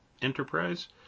Enterprise